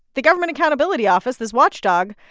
the government accountability office, this watchdog,